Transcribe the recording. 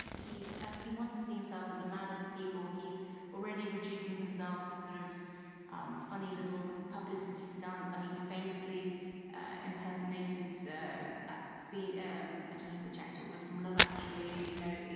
he's he wants to see himself as a man of the people. he's already reducing himself to sort of um funny little publicity stunts. i mean, he famously impersonated so that scene ah um tonight. which actor was from love? actually, you know.